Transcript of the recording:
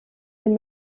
dem